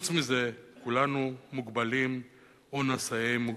וחוץ מזה, כולנו מוגבלים או נשאי מוגבלות.